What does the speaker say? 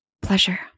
pleasure